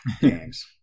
games